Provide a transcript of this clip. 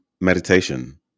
meditation